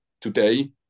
today